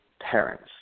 parents